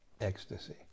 ecstasy